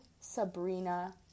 Sabrina